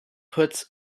puts